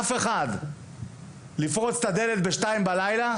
לפרוץ את הדלת ב-02:00